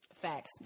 Facts